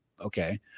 Okay